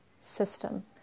system